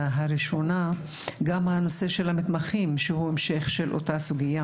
נושא המתמחים הוא המשך אותה סוגיה.